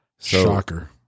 Shocker